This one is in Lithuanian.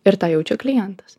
ir tą jaučia klientas